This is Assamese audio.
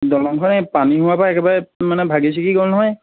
দলংখন এই পানী হোৱাৰপা একেবাৰে মানে ভাগি ছিগি গ'ল নহয়